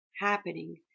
happening